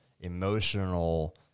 emotional